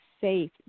safe